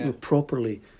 properly